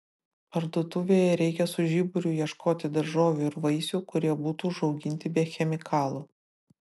parduotuvėje reikia su žiburiu ieškoti daržovių ir vaisių kurie būtų užauginti be chemikalų